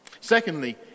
Secondly